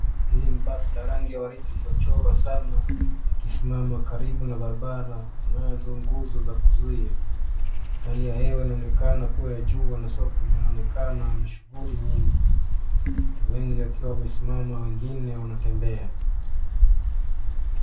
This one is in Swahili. Hili ni basi la rangi ya waridi lililochorwa sana, likismama karibu na barabara inazo nguzo za kuzuia . Hali ya hewa inaonekana kuwa na jua na soko linaonekana kuwa na shughuli nyingi. Watu wemgi wakiwa wamesmama wengine wanatembea.